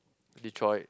Detroit